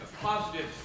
positive